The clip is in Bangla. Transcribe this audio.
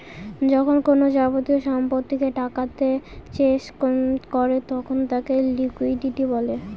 যখন কোনো যাবতীয় সম্পত্তিকে টাকাতে চেঞ করে তখন তাকে লিকুইডিটি বলে